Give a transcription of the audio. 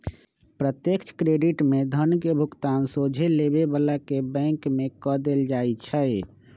प्रत्यक्ष क्रेडिट में धन के भुगतान सोझे लेबे बला के बैंक में कऽ देल जाइ छइ